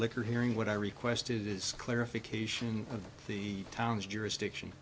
liquor hearing what i requested is clarification of the town's jurisdiction